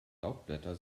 laubblätter